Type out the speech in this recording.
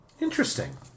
Interesting